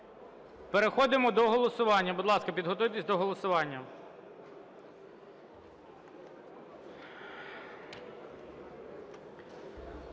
Переходимо до голосування.